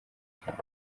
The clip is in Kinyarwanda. cyane